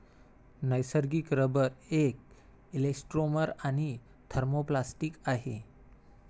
नैसर्गिक रबर एक इलॅस्टोमर आणि थर्मोप्लास्टिक आहे